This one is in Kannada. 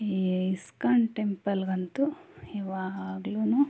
ಈ ಇಸ್ಕಾನ್ ಟೆಂಪಲ್ಗಂತೂ ಯವಾಗ್ಲೂ